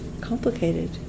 complicated